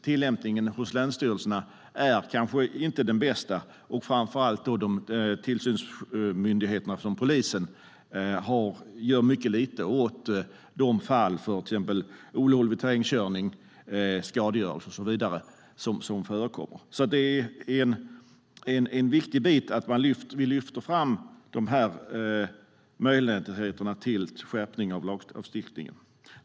Tillämpningen hos länsstyrelserna är kanske inte den bästa, och tillsynsmyndigheterna, som polisen, gör mycket lite åt de fall som förekommer med exempelvis olovlig terrängkörning och skadegörelse. Det är viktigt att vi lyfter fram möjligheterna till skärpning av lagstiftningen.